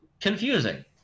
Confusing